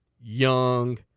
young